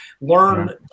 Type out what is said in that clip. Learn